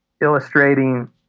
illustrating